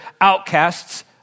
outcasts